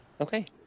okay